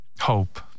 Hope